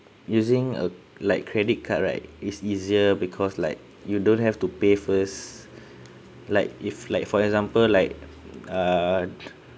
using a like credit card right it's easier because like you don't have to pay first like if like for example like uh